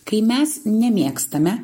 kai mes nemėgstame